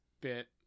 bit